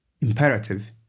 Imperative